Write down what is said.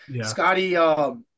Scotty –